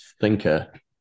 thinker